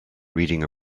reading